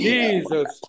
Jesus